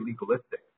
legalistic